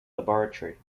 laboratory